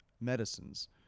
medicines